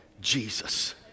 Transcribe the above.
Jesus